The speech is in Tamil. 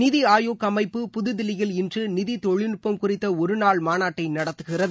நிதி ஆயோக் அமைப்பு புதுதில்லியில் இன்று நிதி தொழில் நுட்பம் குறித்த ஒருநாள் மாநாட்டை நடத்துகிறது